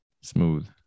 smooth